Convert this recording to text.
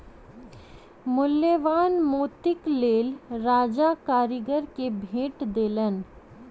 मूल्यवान मोतीक लेल राजा कारीगर के भेट देलैन